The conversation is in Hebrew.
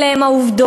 אלה הן העובדות.